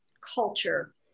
culture